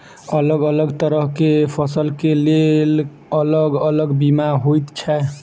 अलग अलग तरह केँ फसल केँ लेल अलग अलग बीमा होइ छै?